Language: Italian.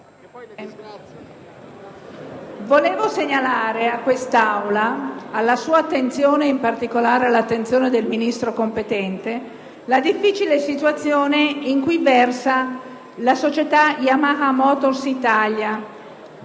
voglio segnalare a quest'Assemblea, alla sua attenzione in particolare e all'attenzione del Ministro competente la difficile situazioni in cui versa la società Yamaha Motor Italia.